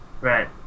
Right